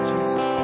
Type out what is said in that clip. Jesus